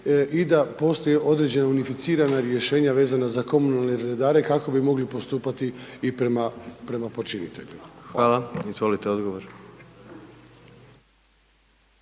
i da postoje određena unificirana rješenja vezana za komunalne redare kako bi mogli postupati i prema počiniteljima. **Jandroković,